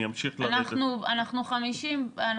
בין